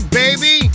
baby